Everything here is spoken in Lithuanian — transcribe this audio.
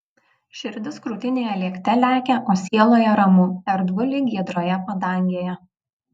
širdis krūtinėje lėkte lekia o sieloje ramu erdvu lyg giedroje padangėje